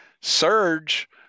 surge